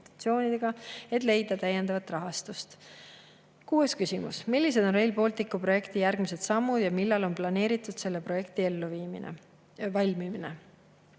et leida täiendavat rahastust. Kuues küsimus: "Millised on Rail Balticu projekti järgmised sammud ja millal on planeeritud selle projekti valmimine?"